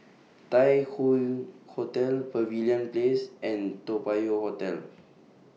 Tai Hoe Hotel Pavilion Place and Toa Payoh Hotel